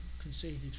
conceded